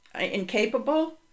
incapable